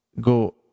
go